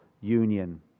union